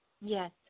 Yes